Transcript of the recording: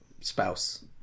spouse